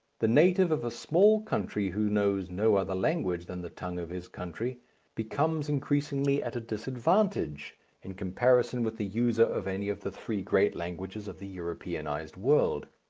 the native of a small country who knows no other language than the tongue of his country becomes increasingly at a disadvantage in comparison with the user of any of the three great languages of the europeanized world.